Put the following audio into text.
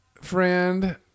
friend